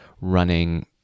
running